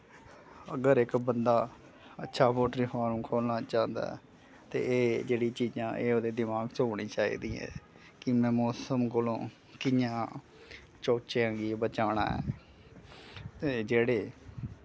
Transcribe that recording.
अगर इक बंदा अच्छा पोल्ट्री फार्म खोलना चांह्दा ऐ ते एह् जेह्ड़ी चीजां एह् ओह्दे दिमाक च होनी चाहिदियां ऐं कि में मौसम कोलों कियां चूचेआं गी बचाना ऐ ते जेह्ड़े